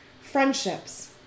Friendships